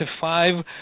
five